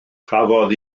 cafodd